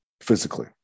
physically